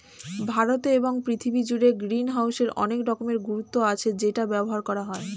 ভারতে এবং পৃথিবী জুড়ে গ্রিনহাউসের অনেক রকমের গুরুত্ব আছে যেটা ব্যবহার করা হয়